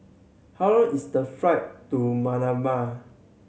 how long is the flight to Manama